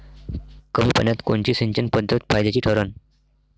कमी पान्यात कोनची सिंचन पद्धत फायद्याची ठरन?